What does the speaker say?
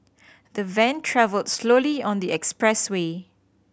the van travelled slowly on the expressway